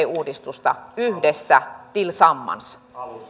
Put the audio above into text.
uudistusta yhdessä tillsammans